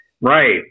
Right